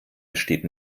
besteht